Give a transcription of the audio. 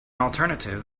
alternative